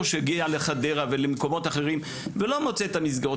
שהגיע לחדרה ולמקומות אחרים ולא מוצא את המסגרות,